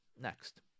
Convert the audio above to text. Next